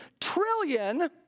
trillion